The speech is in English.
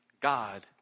God